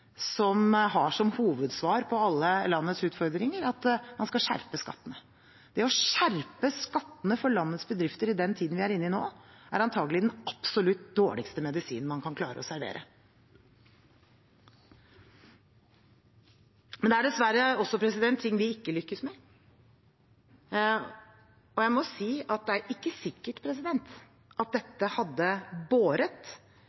som har som hovedsvar på alle landets utfordringer at man skal skjerpe skattene. Det å skjerpe skattene for landets bedrifter i den tiden vi er inne i nå, er antakelig den absolutt dårligste medisinen man kan klare å servere. Det er dessverre også ting vi ikke lykkes med. Og jeg må si at det er ikke sikkert at